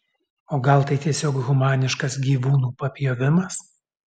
o gal tai tiesiog humaniškas gyvūnų papjovimas